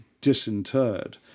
disinterred